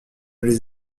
les